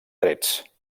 trets